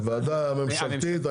הוועדה הממשלתית.